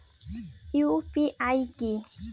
UPI কি?